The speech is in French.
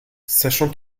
sachant